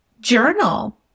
journal